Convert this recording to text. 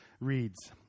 reads